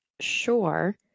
sure